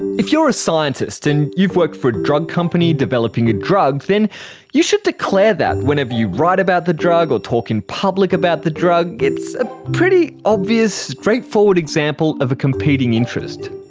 if you are a scientist and you've worked for a drug company developing a drug, then you should declare that whenever you write about the drug or talk in public about the drug. it's a pretty obvious, straightforward example of a competing interest.